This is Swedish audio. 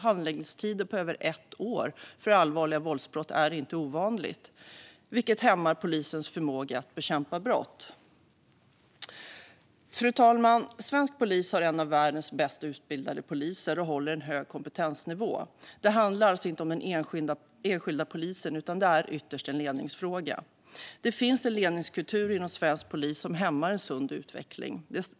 Handläggningstider på över ett år för allvarliga våldsbrott är inte ovanliga, vilket hämmar polisens förmåga att bekämpa brott. Fru talman! Svensk polis har en av världens bäst utbildade poliskårer med en hög kompetensnivå. Det här handlar alltså inte om den enskilda polisen, utan det är ytterst en ledningsfråga. Det finns en ledningskultur inom svensk polis som hämmar en sund utveckling.